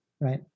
Right